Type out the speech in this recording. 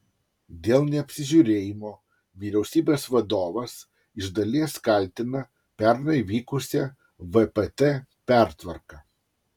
dėl neapsižiūrėjimo vyriausybės vadovas iš dalies kaltina pernai vykusią vpt pertvarką